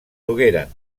dugueren